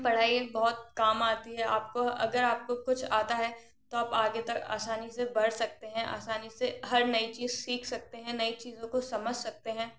पढ़ाई एक बहुत काम आती है आपको अगर आपको कुछ आता है तो आप आगे तक आसानी से बढ़ सकते हैं आसानी से हर नई चीज़ सीख सकते हैं नई चीज़ों को समझ सकते हैं